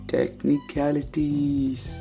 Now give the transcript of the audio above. Technicalities